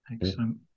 Excellent